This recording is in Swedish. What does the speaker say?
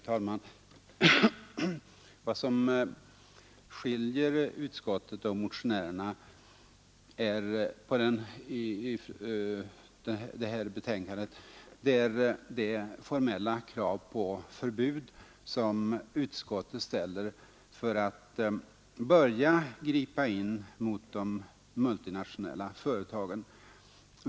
Herr talman! Vad som skiljer utskottet och motionärerna i förevarande betänkande är det formella krav på ett föregående förbud som utskottet ställer för att börja gripa in mot de multinationella företagen.